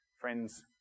Friends